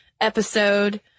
episode